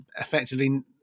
effectively